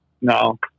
No